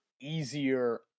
easier